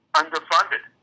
underfunded